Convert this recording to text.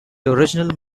original